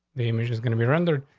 the image is gonna be rendered,